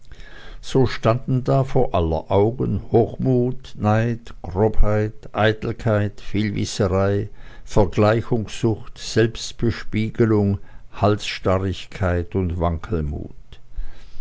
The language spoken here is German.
so standen da vor aller augen hochmut neid grobheit eitelkeit vielwisserei vergleichungssucht selbstbespiegelung halsstarrigkeit und wankelmut